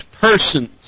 persons